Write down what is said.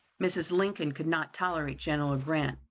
mrs. lincoln could not tolerate general grant.